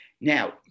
Now